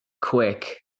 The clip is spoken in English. Quick